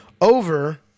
over